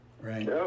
right